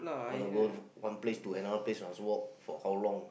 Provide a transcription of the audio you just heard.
wanna go one place to another place must walk for how long